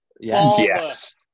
Yes